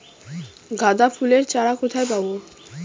গাঁদা ফুলের চারা কোথায় পাবো?